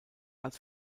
als